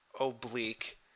oblique